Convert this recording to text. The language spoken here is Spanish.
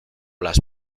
las